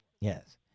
Yes